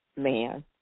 man